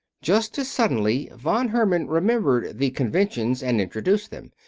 just as suddenly von herman remembered the conventions and introduced them.